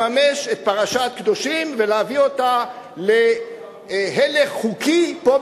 לממש את פרשת קדושים ולהביא אותה להילך חוקי פה,